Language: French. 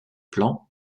plans